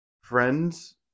friends